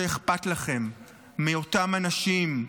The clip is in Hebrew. שאכפת לכם מאותם אנשים.